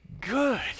good